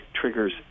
triggers